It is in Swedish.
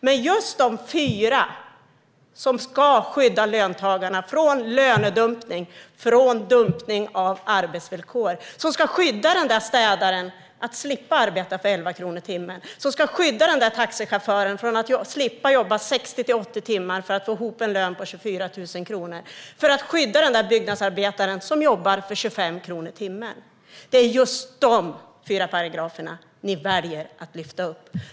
Men det är just dessa fyra som ska skydda löntagarna från lönedumpning och dumpning av arbetsvillkor, som ska skydda städaren från att behöva arbeta för 11 kronor i timmen, som ska skydda taxichauffören från att behöva jobba 60-80 timmar för att få ihop en lön på 24 000 kronor och som ska skydda den där byggnadsarbetaren som jobbar för 25 kronor timmen. Det är just dessa fyra paragrafer som ni väljer att lyfta bort.